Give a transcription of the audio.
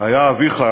היה אביך,